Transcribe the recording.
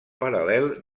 paral·lel